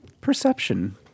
perception